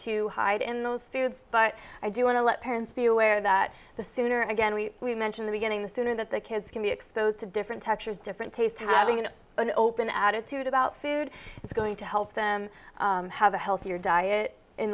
to hide in those foods but i do want to let parents be aware that the sooner and again we mention the beginning the sooner that the kids can be exposed to different textures different tastes having an open attitude about food is going to help them have a healthier diet in